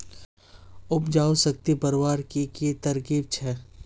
उपजाऊ शक्ति बढ़वार की की तरकीब छे?